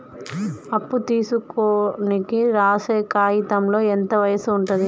అప్పు తీసుకోనికి రాసే కాయితంలో ఎంత వయసు ఉంటది?